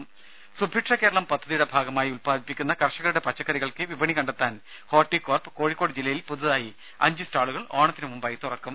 രുമ സുഭിക്ഷ കേരളം പദ്ധതിയുടെ ഭാഗമായി ഉൽപാദിപ്പിക്കുന്ന കർഷകരുടെ പച്ചക്കറികൾക്ക് വിപണി കണ്ടെത്താൻ ഹോർട്ടികോർപ്പ് കോഴിക്കോട് ജില്ലയിൽ പുതുതായി അഞ്ച് സ്റ്റാളുകൾ ഓണത്തിനു മുമ്പായി തുറക്കും